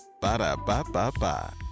Ba-da-ba-ba-ba